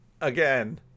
Again